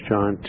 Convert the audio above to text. John